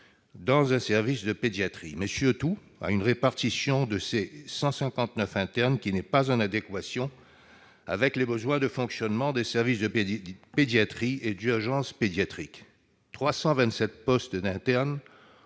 dans un service de pédiatrie, mais surtout à une répartition de ces 159 internes qui n'est pas en adéquation avec les besoins de fonctionnement des services de pédiatrie et d'urgences pédiatriques : 327 postes ont